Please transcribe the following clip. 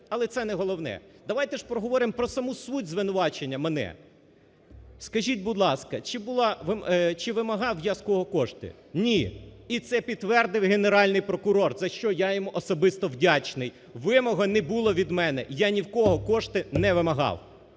але це не головне. Давайте ж проговоримо про саму суть звинувачення, мене. Скажіть, будь ласка, чи вимагав я з кого кошти? Ні. І це підтвердив Генеральний прокурор за що я йому особисто вдячний, вимог не було від мене, я ні в кого кошти не вимагав.